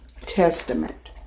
Testament